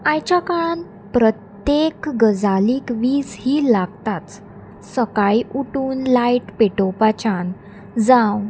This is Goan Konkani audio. आयच्या काळान प्रत्येक गजालीक वीज ही लागताच सकाळीं उठून लायट पेटोवपाच्यान जावं